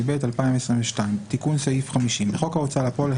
התשפ"ב-2022 תיקון סעיף 501.בחוק ההוצאה לפועל,